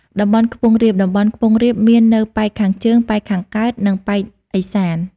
តំបន់ខ្ពង់រាប តំបន់ខ្ពង់រាបមាននៅប៉ែកខាងជើង ប៉ែកខាងកើត និងប៉ែកឦសាន ។